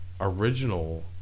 original